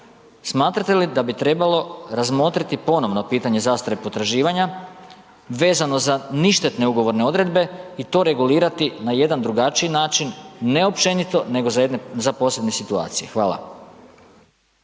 smatrate li da bi trebalo razmotriti ponovno pitanje zastare potraživanja vezano za ništetne ugovorne odredbe i to regulirati na jedan drugačiji način, ne općenito, nego za posebne situacije? Hvala.